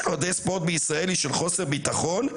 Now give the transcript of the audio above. אוהדי ספורט בישראל היא של חוסר ביטחון.